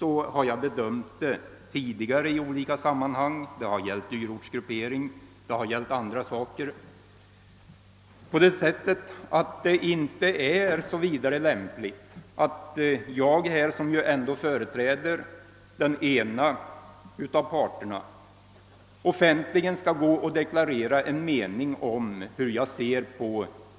Jag har tidigare i olika sammanhang t.ex. när det gällt frågan om dyrortsgrupperingen och andra ting gjort den bedömningen, att det inte är så vidare lämpligt att jag, som ändå företräder den ena av parterna, offentligen deklarerar min mening i